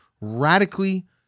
radically